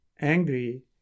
angry